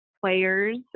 players